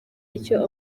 icyo